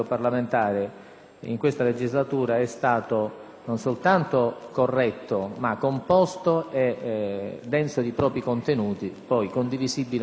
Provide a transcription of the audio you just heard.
in questa legislatura sia stato, non soltanto corretto, ma composto e denso di propri contenuti, poi condivisibili o meno non